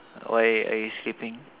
why are you sleeping